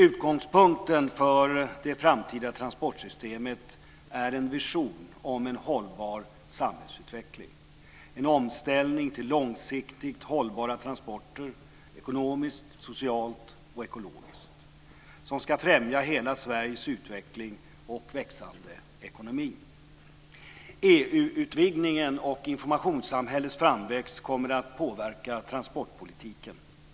Utgångspunkten för det framtida transportsystemet är en vision om en hållbar samhällsutveckling, en omställning till långsiktigt hållbara transporter, ekonomiskt, socialt och ekologiskt, som ska främja hela EU-utvidgningen och informationssamhällets framväxt kommer att påverka transportpolitiken.